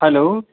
hello